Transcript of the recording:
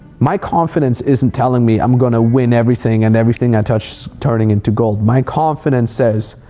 my confidence isn't telling me i'm gonna win everything and everything i touch is turning into gold. my confidence says,